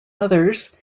others